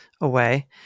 away